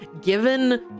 given